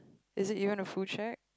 is it you want a full check